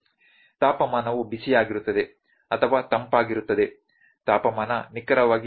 ತಾಪಮಾನವು ಬಿಸಿಯಾಗಿರುತ್ತದೆ ಅಥವಾ ತಂಪಾಗಿರುತ್ತದೆ ತಾಪಮಾನ ನಿಖರವಾಗಿ ಏನು